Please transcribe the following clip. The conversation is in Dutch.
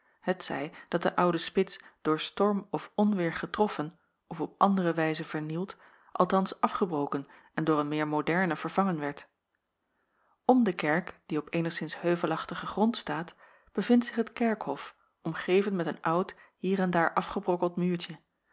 t zij dat de oude spits door storm of onweêr getroffen of op andere wijze vernield althans afgebroken en door een meer moderne vervangen werd om de kerk die op eenigszins heuvelachtigen grond staat bevindt zich het kerkhof omgeven met een oud hier en daar afgebrokkeld muurtje